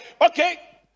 okay